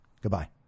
Goodbye